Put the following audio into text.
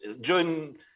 join